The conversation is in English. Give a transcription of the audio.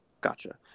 Gotcha